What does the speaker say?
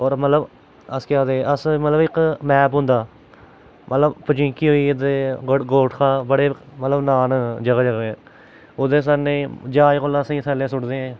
होर मतलब अस केह् आखदे अस मतलब इक मैप होंदा मतलब कि पजिंके होई गे ते बड गोरखा बड़े मतलब नांऽ न जगह् जगह् दे उसदे सनें ज्हाज कोला असें थल्लें सुट्टदे